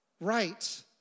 right